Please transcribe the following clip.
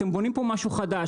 אתם בונים פה משהו חדש,